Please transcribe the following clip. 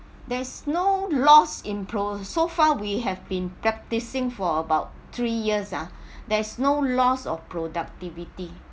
there's no loss imposed so far we have been practicing for about three years ah there's no loss of productivity